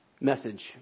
message